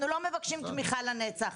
אנחנו לא מבקשים תמיכה לנצח.